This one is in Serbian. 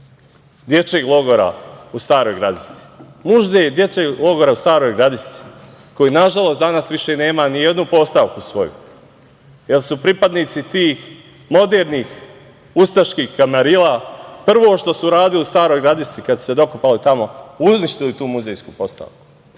dečijeg logora u Staroj Gradišci, Muzej dečijeg logora u Staroj Gradišci koji, nažalost, danas više nema nijednu postavku svoju, jer su pripadnici tih modernih ustaških kamarila, prvo što su uradili u Staroj Gradišci, kad su se dokopali tamo, uništili tu muzejsku postavku